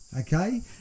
okay